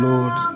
Lord